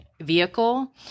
vehicle